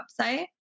website